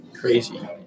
crazy